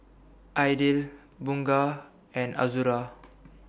Aidil Bunga and Azura